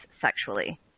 sexually